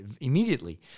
immediately